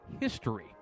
history